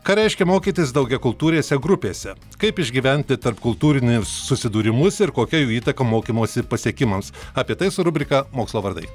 ką reiškia mokytis daugiakultūrėse grupėse kaip išgyventi tarpkultūrinius susidūrimus ir kokia jų įtaka mokymosi pasiekimams apie tai su rubrika mokslo vardai